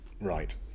right